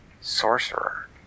sorcerer